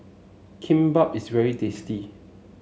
Kimbap is very tasty